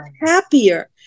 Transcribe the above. happier